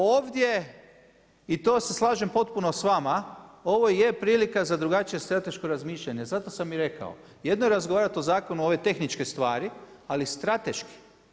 Ovdje i to se slažem potpuno s vama, ovo je prilika za drugačije strateško razmišljanje, zato sam i rekao, jedno je razgovarati o zakonu ove tehničke stvari, ali strateški.